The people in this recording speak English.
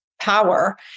power